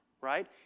right